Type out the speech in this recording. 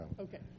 Okay